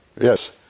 Yes